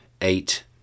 eight